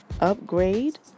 upgrade